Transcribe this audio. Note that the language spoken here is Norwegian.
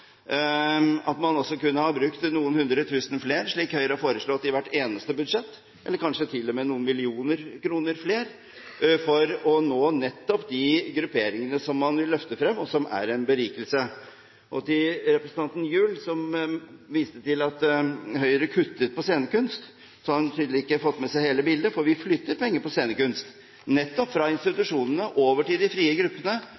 også kunne ha brukt noen hundretusener mer, slik Høyre har foreslått i hvert eneste budsjett, eller kanskje til og med noen millioner kroner mer, for å nå nettopp de grupperingene som man vil løfte frem, og som er en berikelse. Og til representanten Gjul, som viste til at Høyre kutter på scenekunst: Hun har tydeligvis ikke fått med seg hele bildet, for vi flytter penger når det gjelder scenekunst, nettopp fra